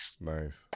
Nice